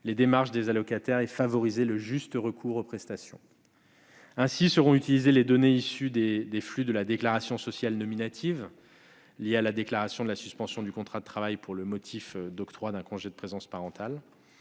les démarches des allocataires et de favoriser le juste recours aux prestations. Ainsi seront utilisées les données issues des flux de la déclaration sociale nominative liées à la déclaration de la suspension du contrat de travail pour le motif d'octroi d'un congé de présence parentale.